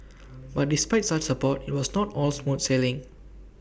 but despite such support IT was not all smooth sailing